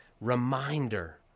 reminder